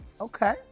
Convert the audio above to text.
Okay